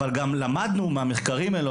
אבל גם למדנו מהמחקרים האלה,